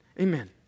Amen